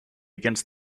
against